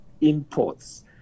imports